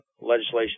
Legislation